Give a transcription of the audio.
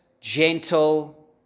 gentle